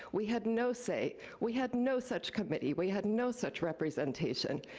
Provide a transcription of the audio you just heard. we had no say. we had no such committee. we had no such representation.